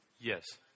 Yes